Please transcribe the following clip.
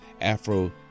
afro